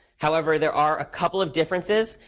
however, there are a couple of differences,